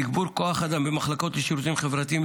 תגבור כוח אדם במחלקות לשירותים חברתיים,